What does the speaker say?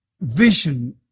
vision